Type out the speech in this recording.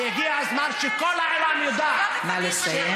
אתה מסלף, והגיע הזמן שכל העולם ידע, נא לסיים.